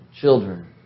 children